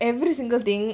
every single thing